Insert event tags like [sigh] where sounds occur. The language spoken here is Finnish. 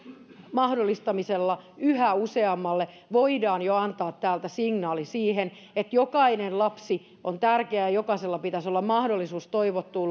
mahdollistamisella yhä useammalle voidaan jo antaa täältä signaali siitä että jokainen lapsi on tärkeä ja jokaisella pitäisi olla mahdollisuus toivottuun [unintelligible]